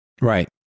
Right